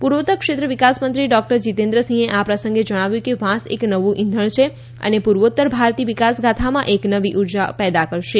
પૂર્વોત્તર ક્ષેત્ર વિકાસમંત્રી ડોકટર જીતેન્દ્ર સિંહે આ પ્રસંગે જણાવ્યું કે વાંસ એક નવું ઇંધણ છે અને પૂર્વોત્તર ભારતી વિકાસ ગાથામાં એક નવી ઉર્જા પેદા કરશે